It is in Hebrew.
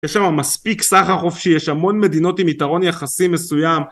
יש שם מספיק סחר חופשי יש המון מדינות עם יתרון יחסי מסוים